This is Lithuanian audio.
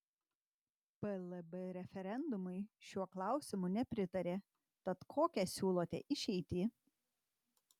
plb referendumui šiuo klausimu nepritarė tad kokią siūlote išeitį